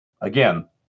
again